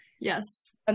yes